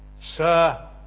Sir